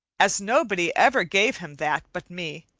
as nobody ever gave him that but me,